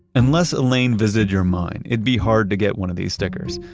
unless elaine visited your mine, it'd be hard to get one of these stickers.